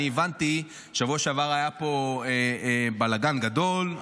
אני הבנתי שבשבוע שעבר היה פה בלגן גדול,